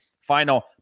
final